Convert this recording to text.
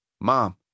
Mom